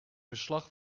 verslag